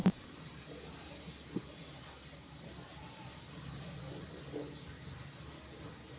प्रधानमंत्री उज्वला योजना गरीब बायीसना करता स्वच्छ इंधन दि राहिनात